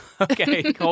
Okay